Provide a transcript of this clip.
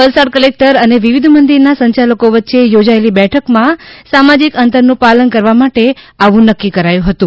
Valsad collector અને વિવિધ મંદિરના સંયાલકો વચ્ચે યોજાયેલી બેઠકમાં સામાજિક અંતરનું પાલન કરવા માટે આવું નક્કી કરાયું હતું